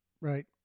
Right